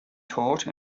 taught